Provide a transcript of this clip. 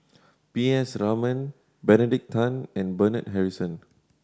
P S Raman Benedict Tan and Bernard Harrison